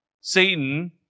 Satan